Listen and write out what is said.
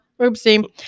oopsie